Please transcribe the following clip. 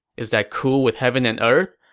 is that cool with heaven and earth?